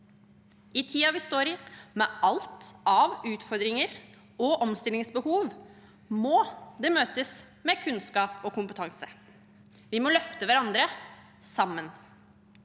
Tiden vi står i, med alt av utfordringer og omstillingsbehov, må møtes med kunnskap og kompetanse. Vi må løfte hverandre – sammen.